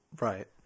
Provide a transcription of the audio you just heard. Right